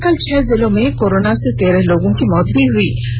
वहीं कल छह जिलों में कोरोना से तेरह लोगों की मौत भी हुई है